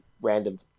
random